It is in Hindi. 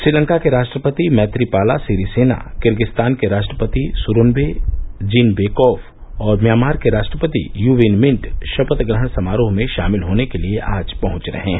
श्रीलंका के राष्ट्रपति मैत्रीपाला सिरिसेना किर्गिज्स्तान के राष्ट्रपति सूरोन्बे जीनबेकोफ और म्यामां के राष्ट्रपति यू विन मिंट शपथ ग्रहण समारोह में शामिल होने के लिए आज पहुंच रहे हैं